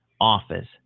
office